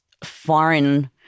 foreign